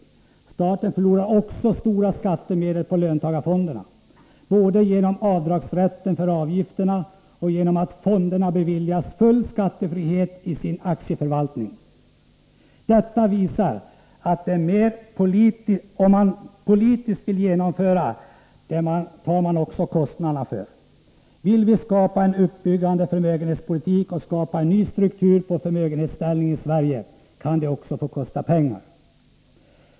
Men staten förlorar också stora skattemedel på löntagarfonderna, både genom rätten till avdrag för avgifterna och genom att fonderna beviljas full skattefrihet i sin aktieförvaltning. Detta visar att det man politiskt vill genomföra, det accepterar man också kostnaden för. Vill vi skapa en bättre förmögenhetspolitik och en ny struktur på förmögenhetsställningen i Sverige, kan det också få kosta pengar.